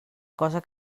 cosa